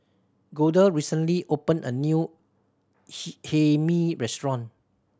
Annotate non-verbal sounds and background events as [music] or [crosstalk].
Golda recently opened a new [unintelligible] Hae Mee restaurant